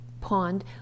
pond